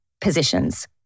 positions